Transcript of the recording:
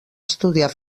estudiar